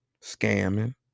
scamming